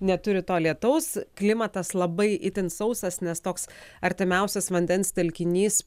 neturi to lietaus klimatas labai itin sausas nes toks artimiausias vandens telkinys